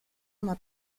una